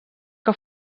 que